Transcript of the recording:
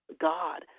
God